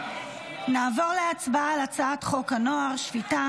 נעבור להצבעה על הצעת חוק הנוער (שפיטה,